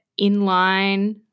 inline